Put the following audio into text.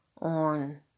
on